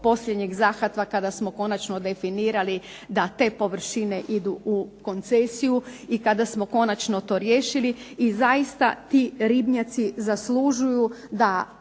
posljednjeg zahvata kada smo konačno definirali da te površine idu u koncesiju i kada smo konačno to riješili. I zaista ti ribnjaci zaslužuju da